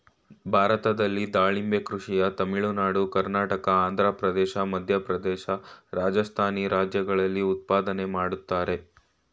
ಭಾರತದಲ್ಲಿ ದಾಳಿಂಬೆ ಕೃಷಿಯ ತಮಿಳುನಾಡು ಕರ್ನಾಟಕ ಆಂಧ್ರಪ್ರದೇಶ ಮಧ್ಯಪ್ರದೇಶ ರಾಜಸ್ಥಾನಿ ರಾಜ್ಯಗಳಲ್ಲಿ ಉತ್ಪಾದನೆ ಮಾಡ್ತರೆ